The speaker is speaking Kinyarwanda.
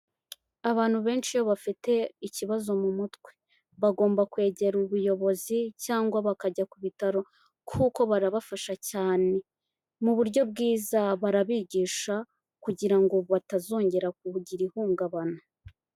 Abantu benshi iyo bafite ikibazo mu mutwe, bagomba kwegera ubuyobozi cyangwa bakajya ku bitaro, kuko barabafasha cyane, mu buryo bwiza barabigisha kugira ngo batazongera kubugira ihungabana.